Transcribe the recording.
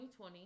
2020